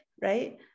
right